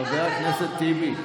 חבר הכנסת טיבי.